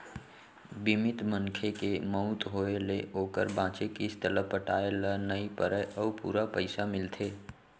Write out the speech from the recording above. बीमित मनखे के मउत होय ले ओकर बांचे किस्त ल पटाए ल नइ परय अउ पूरा पइसा मिलथे